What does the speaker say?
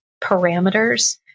parameters